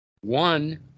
One